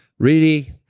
really?